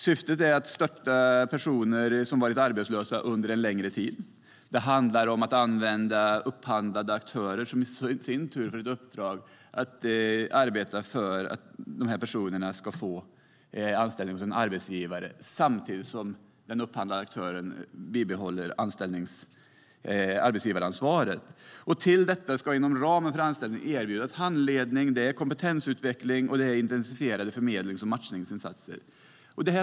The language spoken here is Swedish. Syftet är att stötta personer som har varit arbetslösa under en längre tid. Det handlar om att använda upphandlade aktörer som får ett uppdrag att arbeta för att dessa personer ska få anställning hos en arbetsgivare, samtidigt som den upphandlade aktören bibehåller arbetsgivaransvaret. Till detta ska inom ramen för anställningen erbjudas handledning, kompetensutveckling och intensifierade förmedlings och matchningsinsatser.